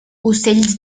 ocells